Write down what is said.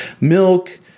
milk